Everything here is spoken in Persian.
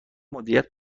مدیریت